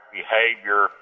behavior